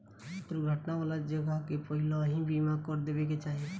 दुर्घटना वाला जगह के पहिलही बीमा कर देवे के चाही